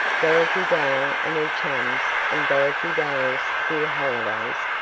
dorothy dale and her chums, and dorothy dale's queer holidays,